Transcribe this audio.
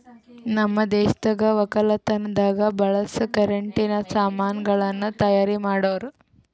ನಮ್ ದೇಶದಾಗ್ ವಕ್ಕಲತನದಾಗ್ ಬಳಸ ಕರೆಂಟಿನ ಸಾಮಾನ್ ಗಳನ್ನ್ ತೈಯಾರ್ ಮಾಡೋರ್